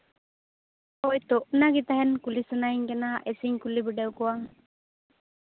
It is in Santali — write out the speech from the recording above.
ᱦᱳᱭ ᱛᱚ ᱚᱱᱟᱜᱮ ᱛᱟᱦᱮᱱ ᱠᱩᱞᱤ ᱥᱟᱱᱟᱧ ᱠᱟᱱᱟ ᱮᱭᱥᱮᱧ ᱠᱩᱞᱤ ᱵᱤᱰᱟᱹᱣ ᱠᱚᱣᱟ